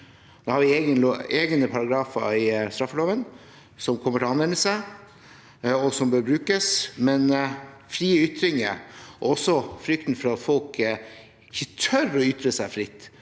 Da har vi egne paragrafer i straffeloven som kommer til anvendelse, og som bør brukes. Når det gjelder frie ytringer og også frykten for at folk ikke tør å ytre seg fritt